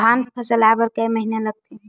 धान फसल आय बर कय महिना लगथे?